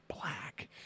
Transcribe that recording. black